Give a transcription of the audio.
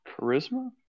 Charisma